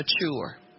mature